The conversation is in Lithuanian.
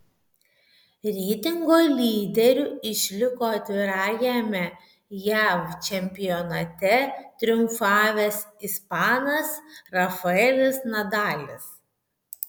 reitingo lyderiu išliko atvirajame jav čempionate triumfavęs ispanas rafaelis nadalis